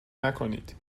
نکنید